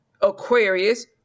Aquarius